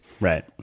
right